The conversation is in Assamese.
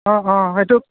অ' অ' সেইটো